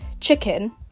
chicken